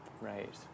Right